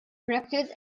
practice